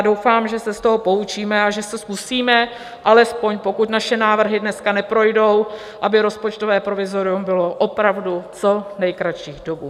Doufám, že se z toho poučíme a zkusíme alespoň, pokud naše návrhy dneska neprojdou, aby rozpočtové provizorium bylo opravdu co nejkratší dobu.